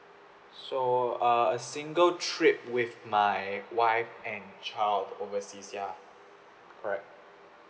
so uh single trip with my wife and child overseas ya correct